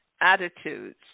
attitudes